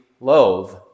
loathe